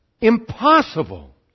impossible